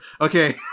Okay